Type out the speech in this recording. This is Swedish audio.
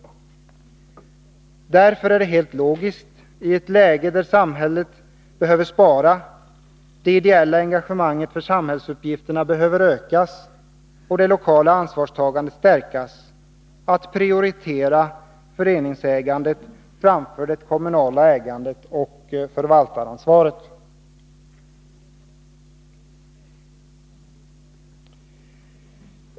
Därför är det helt logiskt — i ett läge där samhället behöver spara, det ideella engagemanget för samhällsuppgifter behöver ökas och det lokala ansvarstagandet stärkas — att prioritera föreningsägandet framför det kommunala ägandet och förvaltaransvaret.